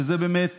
שזה באמת